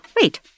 Wait